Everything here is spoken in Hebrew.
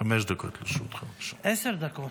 עשר דקות.